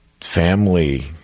family